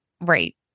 Right